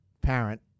parent